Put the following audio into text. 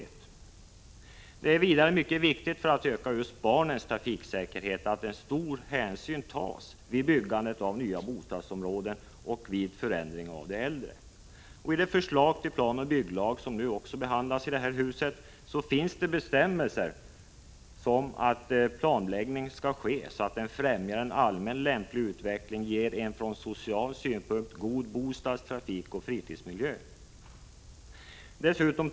För att öka barnens trafiksäkerhet är det vidare mycket viktigt att stor hänsyn tas till barnens situation vid byggandet av nya bostadsområden och förändring av äldre. I det förslag till planoch bygglag som nu behandlas i detta hus finns det bestämmelser om att planläggningen skall ske så, att den främjar en allmän lämplig utveckling och ger en från social synpunkt god bostads-, trafikoch fritidsmiljö.